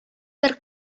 бер